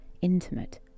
intimate